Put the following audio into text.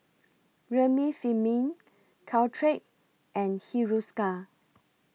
Remifemin Caltrate and Hiruscar